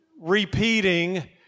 repeating